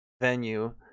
venue